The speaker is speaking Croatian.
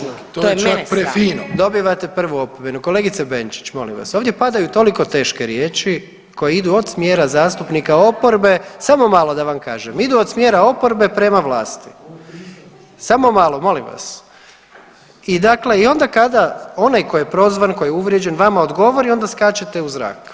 Dobivate prvu opomenu … [[Upadica se ne razumije.]] Dobivate prvu opomenu, kolegice Benčić molim vas ovdje padaju toliko teške riječi koje idu od smjera zastupnika oporbe, samo malo da vam kažem idu od smjera oporbe prema vlasti, samo malo molim vas i dalje onda kada onaj koji je prozvan koji je uvrijeđen vama odgovori onda skačete u zrak.